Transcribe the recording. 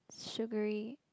sugary